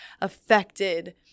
affected